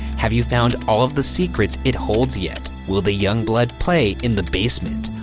have you found all of the secrets it holds yet? will the young blood play in the basement?